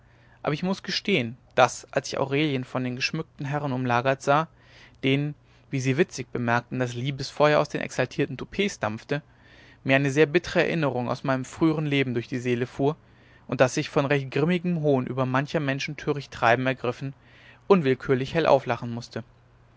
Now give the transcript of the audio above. aber ich muß gestehen daß als ich aurelien von den geschmückten herren umlagert sah denen wie sie witzig bemerken das liebesfeuer aus den exaltierten toupets dampfte mir eine sehr bittre erinnerung aus meinem früheren leben durch die seele fuhr und daß ich von recht grimmigem hohn über mancher menschen töricht treiben ergriffen unwillkürlich hell auflachen mußte